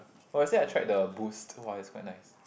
or is it I try the Boost !wah! is quite nice